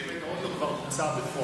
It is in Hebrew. כמה מהכסף הזה אתה חושב שעוד לא בוצע בפועל?